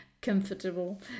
comfortable